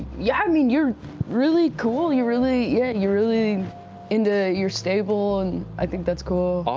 yeah, i mean, you're really cool, you're really yeah you're really into your stable and i think that's cool. ah